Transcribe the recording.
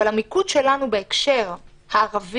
אבל, המיקוד הזה, בהקשר הערבי,